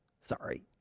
Sorry